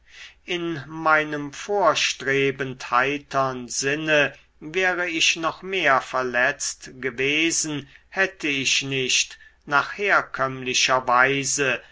in meinem vorstrebend heitern sinne wäre ich noch mehr verletzt gewesen hätte ich nicht nach herkömmlicher weise